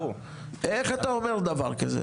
איך אתה אומר דבר כזה?